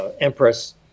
Empress